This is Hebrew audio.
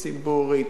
ציבורית,